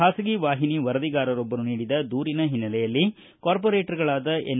ಬಾಸಗಿ ವಾಹಿನಿ ವರದಿಗಾರರೊಬ್ಬರು ನೀಡಿದ ದೂರಿನ ಹಿನ್ನಲೆಯಲ್ಲಿ ಕಾರ್ಹೋರೇಟರ್ಗಳಾದ ಎನ್